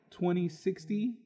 2060